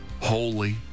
holy